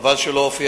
חבל שלא הופיע